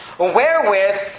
wherewith